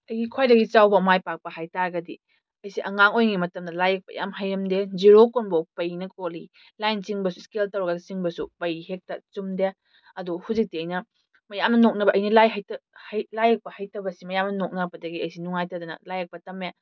ꯑꯩꯒꯤ ꯈ꯭ꯋꯥꯏꯗꯒꯤ ꯆꯥꯎꯕ ꯃꯥꯏ ꯄꯥꯛꯄ ꯍꯥꯏꯕ ꯇꯥꯔꯒꯗꯤ ꯑꯩꯁꯦ ꯑꯉꯥꯡ ꯑꯣꯏꯔꯤꯉꯩ ꯃꯇꯝꯗ ꯂꯥꯏ ꯌꯦꯛꯄ ꯌꯥꯝ ꯍꯩꯔꯝꯗꯦ ꯖꯤꯔꯣ ꯀꯣꯟꯕꯐꯥꯎ ꯄꯩꯅ ꯀꯣꯜꯂꯤ ꯂꯥꯏꯟ ꯆꯤꯡꯕꯁꯨ ꯏꯁꯀꯦꯜ ꯇꯧꯔꯒ ꯆꯤꯡꯕꯁꯨ ꯄꯩ ꯍꯦꯛꯇ ꯆꯨꯝꯗꯦ ꯑꯗꯨ ꯍꯨꯖꯤꯛꯇꯤ ꯑꯩꯅ ꯃꯌꯥꯝꯅ ꯅꯣꯛꯅꯕ ꯑꯩꯅ ꯂꯥꯏ ꯂꯥꯏ ꯌꯦꯛꯄ ꯍꯩꯇꯕꯁꯤ ꯃꯌꯥꯝꯅ ꯅꯣꯛꯅꯕꯗꯒꯤ ꯑꯩꯁꯤ ꯅꯨꯡꯉꯥꯏꯇꯗꯅ ꯂꯥꯏ ꯌꯦꯛꯄ ꯇꯝꯃꯦ